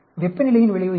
வெப்பநிலையின் விளைவு என்ன